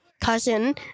Cousin